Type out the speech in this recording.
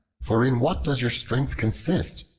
for in what does your strength consist?